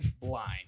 blind